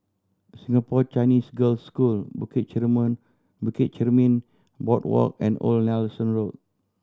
Singapore Chinese Girls' School Bukit Bukit Chermin Boardwalk and Old Nelson Road